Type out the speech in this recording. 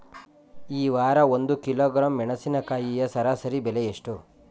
ಈ ವಾರ ಒಂದು ಕಿಲೋಗ್ರಾಂ ಮೆಣಸಿನಕಾಯಿಯ ಸರಾಸರಿ ಬೆಲೆ ಎಷ್ಟು?